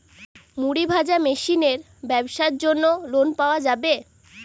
মুড়ি ভাজা মেশিনের ব্যাবসার জন্য লোন পাওয়া যাবে?